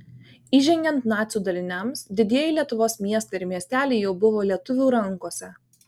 įžengiant nacių daliniams didieji lietuvos miestai ir miesteliai jau buvo lietuvių rankose